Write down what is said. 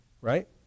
right